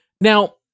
Now